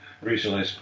recently